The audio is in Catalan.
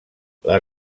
les